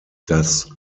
das